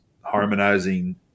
harmonizing